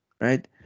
right